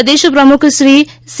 પ્રદેશ પ્રમુખશ્રી સી